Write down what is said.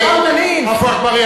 זה מה שהיא רוצה, עזוב אותה.